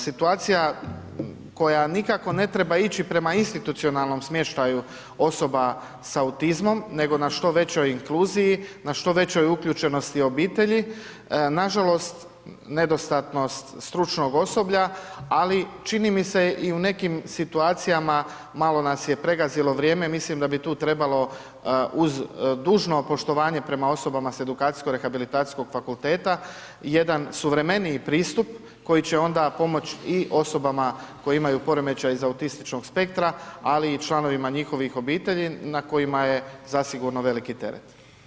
Situacija koja nikako ne treba ići prema institucionalnom smještaju osoba sa autizmom, nego na što većoj inkluziji, na što većoj uključenosti obitelji, nažalost, nedostatnost stručnog osoblja, ali čini mi se i u nekim situacijama malo nas je pregazilo vrijeme, mislim da bi tu trebalo uz dužno poštovanje prema osobama s edukacijsko rehabilitacijskog fakulteta jedan suvremeniji pristup koji će onda pomoć i osobama koje imaju poremećaj iz autističnog spektra, ali i članovima njihovih obitelji na kojima je zasigurno veliki teret.